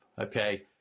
okay